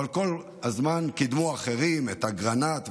אבל כל הזמן קידמו אחרים, את אגרנט וחבריהם.